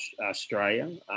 Australia